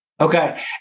Okay